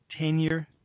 tenure